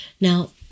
now